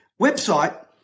website